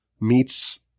meets